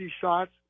shots